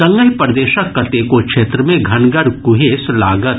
संगहि प्रदेशक कतेको क्षेत्र मे घनगर कुहेस लागत